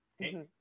okay